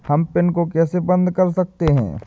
हम पिन को कैसे बंद कर सकते हैं?